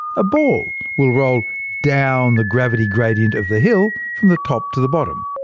a ball will roll down the gravity gradient of the hill, from the top to the bottom.